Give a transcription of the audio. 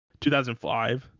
2005